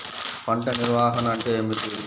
పంట నిర్వాహణ అంటే ఏమిటి?